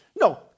No